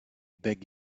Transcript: beg